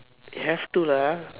you have to lah